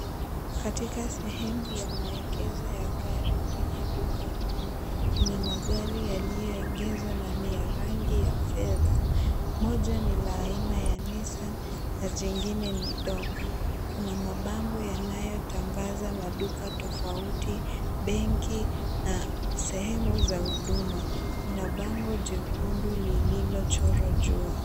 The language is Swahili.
Katika sehemu ya maegezo ya gari kwenye duka kuu kuna magari yaliyoegezwa na ni ya rangi ya fedha moja ni la aina ya Nissan na jingine ni ndogo. Kuna mabango yanayotangaza maduka tofauti, benki na sehemu za huduma, kuna bango jekundu lililochorwa jua.